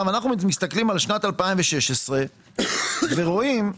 אנחנו מסתכלים על שנת 2016, ורואים,